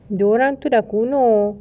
dia orang tu dah konon